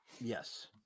Yes